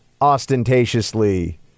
ostentatiously